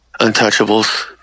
Untouchables